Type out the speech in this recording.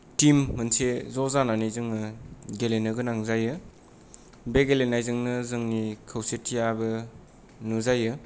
team मोनसे ज' जानानै जोङो गेलेनो गोनां जायो बे गेलेनायजोंनो जोंनि खौसेथियाबो नुजायो